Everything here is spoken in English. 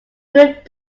good